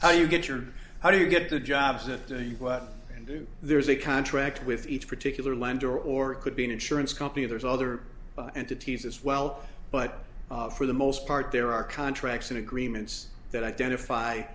how you get your how do you get the jobs if do you go out and do there's a contract with each particular lender or it could be an insurance company there's other entities as well but for the most part there are contracts and agreements that identify